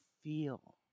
feel